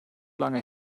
lange